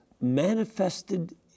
manifested